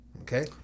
Okay